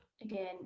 Again